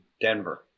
denver